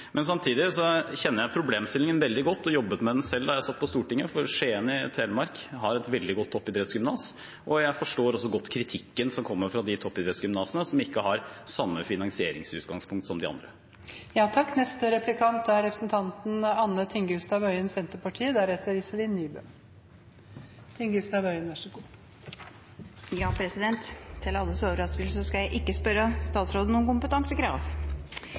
Samtidig kjenner jeg problemstillingen veldig godt, og jeg jobbet med den selv da jeg satt på Stortinget. Skien i Telemark har et veldig godt toppidrettsgymnas, og jeg forstår godt kritikken som kommer fra de toppidrettsgymnasene som ikke har det samme finansieringsutgangspunktet som de